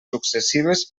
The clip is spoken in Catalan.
successives